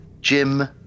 Jim